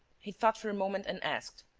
he thought for a moment and asked